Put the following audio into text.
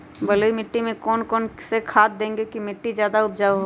बलुई मिट्टी में कौन कौन से खाद देगें की मिट्टी ज्यादा उपजाऊ होगी?